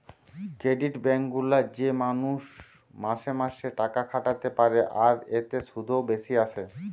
credit bank গুলা তে মানুষ মাসে মাসে টাকা খাটাতে পারে আর এতে শুধও বেশি আসে